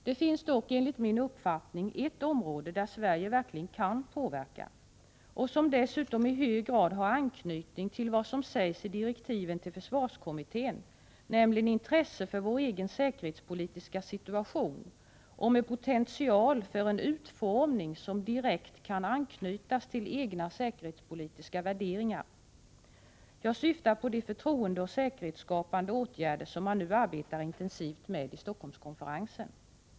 Det finns dock enligt min uppfattning ett område där Sverige verkligen kan påverka och som dessutom i hög grad har anknytning till vad som sägs i direktiven till försvarskommittén, nämligen intresse för vår egen säkerhetspolitiska situation och med potential för en utformning som direkt kan anknytas till egna säkerhetspolitiska värderingar. Jag syftar på de förtroendeoch säkerhetsskapande åtgärder som man nu arbetar intensivt med i Stockholmskonferensen.